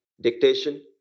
Dictation